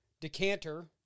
decanter